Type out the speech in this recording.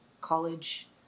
college